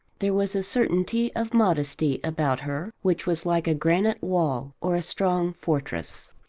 there was a certainty of modesty about her which was like a granite wall or a strong fortress.